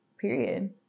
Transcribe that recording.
period